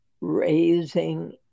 raising